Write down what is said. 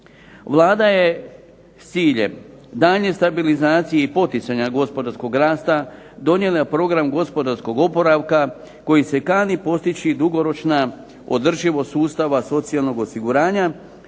Vlada je s ciljem daljnje stabilizacije i poticanja gospodarskog rasta, donijela program gospodarskog oporavka koji se kani postići dugoročna održivost sustava socijalnog osiguranja,